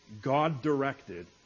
God-directed